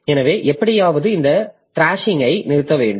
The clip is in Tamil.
எனவே எப்படியாவது இந்த த்ராஷிங்ஐ நிறுத்த வேண்டும்